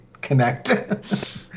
connect